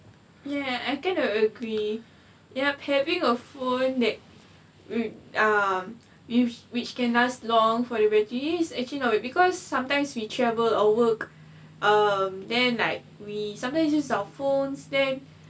ya I kind of agree yup having a phone that um whi~ which can't last long for the battery is actually no because sometimes we travelled or work um then like we sometimes use our phones then